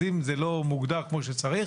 אז אם זה לא מוגדר כמו שצריך,